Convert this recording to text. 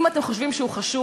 אם אתם חושבים שהוא חשוב,